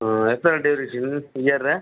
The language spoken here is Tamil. எத்தனை டூரேசன் இங்கேருந்து